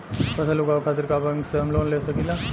फसल उगावे खतिर का बैंक से हम लोन ले सकीला?